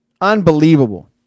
Unbelievable